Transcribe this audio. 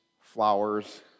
flowers